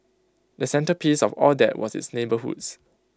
the centrepiece of all that was its neighbourhoods